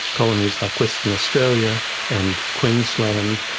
colonies like western australia and queensland,